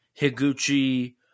higuchi